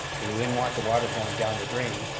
cause we didn't want the water going down the drain,